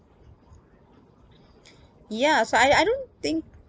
ya so I I don't think